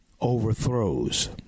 overthrows